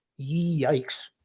Yikes